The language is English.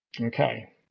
Okay